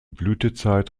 blütezeit